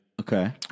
Okay